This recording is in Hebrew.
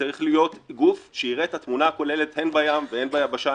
צריך להיות גוף שיראה את התמונה הכוללת הן במים והן ביבשה,